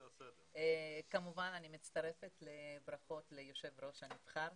כמובן שאני מצטרפת לברכות ליושב-ראש הנבחר.